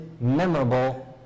memorable